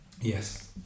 Yes